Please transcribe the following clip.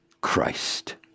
Christ